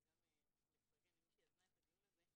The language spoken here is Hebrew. אני רוצה לפרגן למי שיזמה את הדיון הזה.